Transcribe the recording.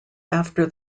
after